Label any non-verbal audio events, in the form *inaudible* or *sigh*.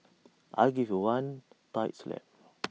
*noise* I'll give you one tight slap *noise*